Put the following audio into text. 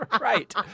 Right